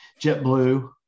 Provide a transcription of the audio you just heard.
JetBlue